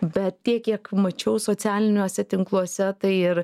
bet tiek kiek mačiau socialiniuose tinkluose tai ir